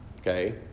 okay